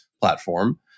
platform